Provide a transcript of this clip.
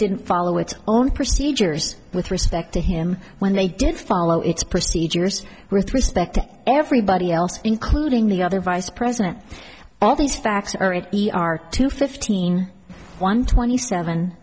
didn't follow its own procedures with respect to him when they did follow its procedures with respect to everybody else including the other vice president all these facts are at the are two fifteen one twenty seven